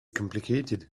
complicated